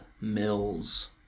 Mills